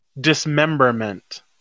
dismemberment